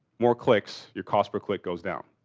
more clicks, your cost per click goes down.